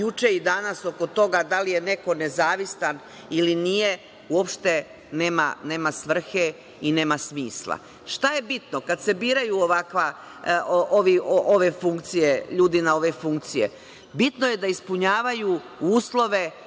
i juče i danas oko toga da li je neko nezavistan ili nije uopšte nema svrhe i nema smisla. Šta je bitno kad se biraju ljudi na ove funkcije? Bitno je da ispunjavaju uslove,